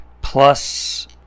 Plus